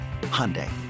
Hyundai